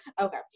Okay